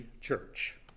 church